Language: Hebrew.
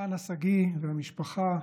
חנה שגיא והמשפחה,